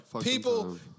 People